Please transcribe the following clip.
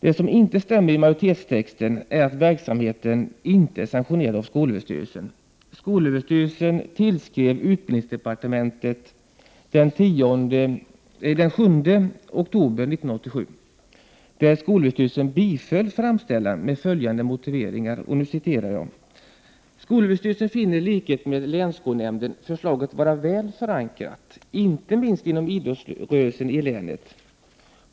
Det som inte stämmer i majoritetstexten är att verksamheten inte är sanktionerad av skolöverstyrelsen. Skolöverstyrelsen tillskrev utbildningsdepartementet den 7 oktober 1987. Skolöverstyrelsen biföll framställan med följande motiveringar: ”SÖ finner i likhet med länsskolnämnden förslaget vara väl förankrat, inte minst inom idrottsrörelsen i länet.